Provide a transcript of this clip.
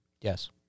Yes